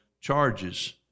charges